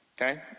okay